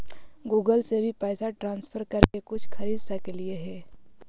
Google से भी पैसा ट्रांसफर कर के कुछ खरिद सकलिऐ हे?